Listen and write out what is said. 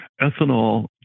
ethanol